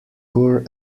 poor